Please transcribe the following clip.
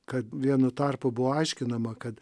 kad vienu tarpu buvo aiškinama kad